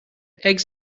eggs